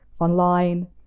online